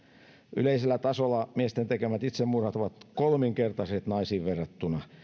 yleisellä tasolla miesten tekemät itsemurhat ovat kolminkertaiset naisiin verrattuna